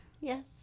Yes